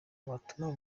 watuma